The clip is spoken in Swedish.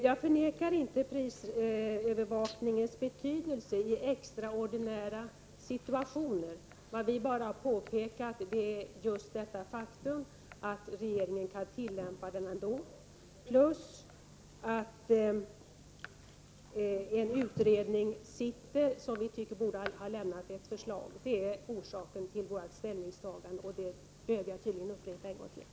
Jag förnekar inte prisövervakningens betydelse i extraordinära situationer. Vad vi har påpekat är just detta faktum att regeringen kan tillämpa lagen ändå samt att det pågår en utredning, som vi tycker borde ha lämnat ett förslag. Detta är orsaken till vårt ställningstagande — och det behövde jag tydligen upprepa.